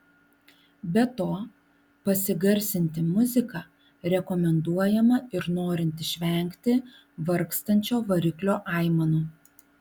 be to pasigarsinti muziką rekomenduojama ir norint išvengti vargstančio variklio aimanų